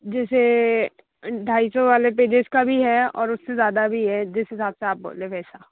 जैसे ढाई सौ वाले पेजेज का भी है और उससे ज़्यादा भी है जिस हिसाब से आप बोले वैसा